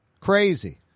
Crazy